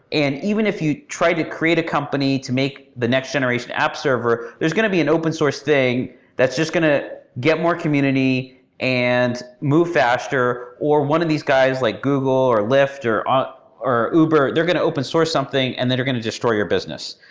and even if you try to create a company to make the next generation app server, there's going to be an open-source thing that's just going to get more community and move faster, or one of these guys, like google, or lyft, or ah or uber, they're going to open-source something and then they're going to destroy your business.